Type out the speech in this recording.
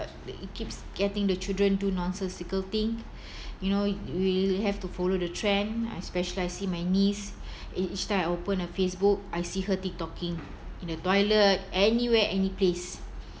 it keeps getting the children do nonsensical thing you know you have to follow the trend especially I see my niece each time I open uh facebook I see her tik toking in the toilet anywhere any place